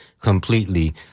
completely